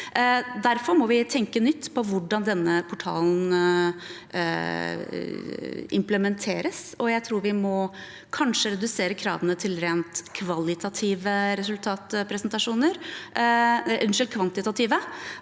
Derfor må vi tenke nytt om hvordan denne portalen implementeres. Jeg tror vi kanskje må redusere kravene til rent kvantitative resultatpresentasjoner